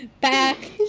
Back